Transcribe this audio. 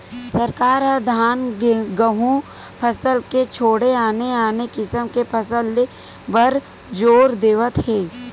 सरकार ह धान, गहूँ फसल के छोड़े आने आने किसम के फसल ले बर जोर देवत हे